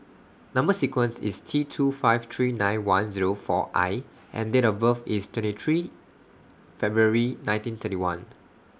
Number sequence IS T two five three nine one Zero four I and Date of birth IS twenty three February nineteen thirty one